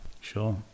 Sure